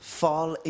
fall